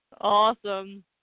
Awesome